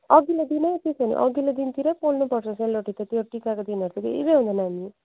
अघिल्लो दिनै त्यसो हो भने अघिल्लो दिनतिरै पोल्नुपर्छ सेलरोटी त त्यो टिका दिनहरूतिर त केही भ्याउँदैन नि